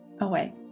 away